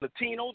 Latinos